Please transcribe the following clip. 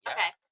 Okay